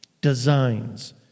Designs